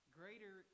greater